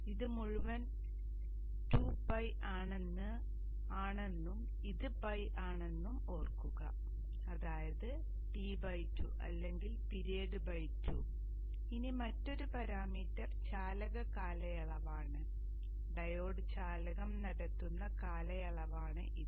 ഇത് മുഴുവൻ 2ᴨ ആണെന്നും ഇത് ᴨ ആണെന്നും ഓർക്കുക അതായത് T 2 അല്ലെങ്കിൽ പിരീഡ് 2 ഇനി മറ്റൊരു പാരാമീറ്റർ ചാലക കാലയളവ് ആണ് ഡയോഡ് ചാലകം നടത്തുന്ന കാലയളവാണ് ഇത്